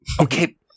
Okay